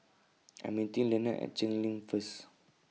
I Am meeting Lenon At Cheng Lim First